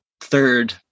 third